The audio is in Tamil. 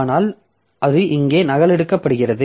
ஆனால் அது இங்கே நகலெடுக்கப்படுகிறது